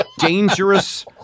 dangerous